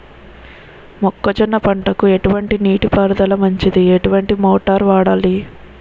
మొక్కజొన్న పంటకు ఎటువంటి నీటి పారుదల మంచిది? ఎటువంటి మోటార్ వాడాలి?